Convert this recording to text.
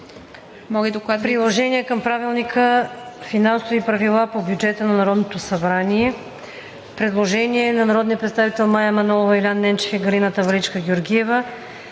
„Приложение към правилника Финансови правила по бюджета на Народното събрание.“ Предложение на народните представители Мая Манолова, Юлиян Ненчев и Галина Таваличка-Георгиева: